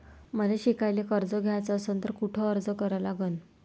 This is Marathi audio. मले शिकायले कर्ज घ्याच असन तर कुठ अर्ज करा लागन?